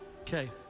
okay